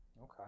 Okay